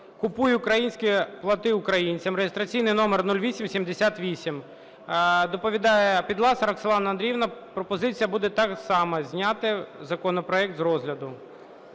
"Купуй українське, плати українцям" (реєстраційний номер 0878). Доповідає Підласа Роксолана Андріївна. Пропозиція буде та сама: зняти законопроект з розгляду.